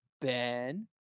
Ben